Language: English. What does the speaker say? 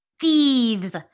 Thieves